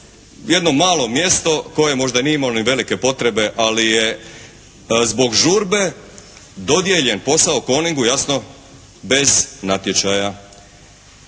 jedno malo mjesto koje možda nije imalo ni velike potrebe ali je zbog žurbe dodijeljen posao "Koningu" jasno bez natječaja.